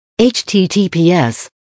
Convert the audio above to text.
HTTPS